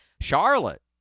Charlotte